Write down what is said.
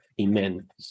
Amen